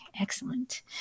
Excellent